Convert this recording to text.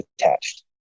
attached